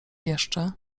jeszcze